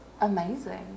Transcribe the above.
amazing